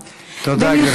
תודה, גברתי.